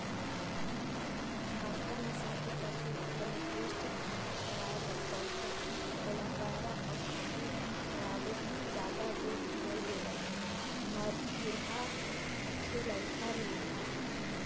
बड़का नसल के पसु ल बने पोस्टिक खाना खवाए बर परथे, ओला पैरा अउ कांदी भर खवाबे त जादा दूद नइ देवय मरझुरहा दिखे ल धर लिही